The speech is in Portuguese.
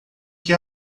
que